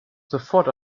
sofort